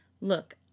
Look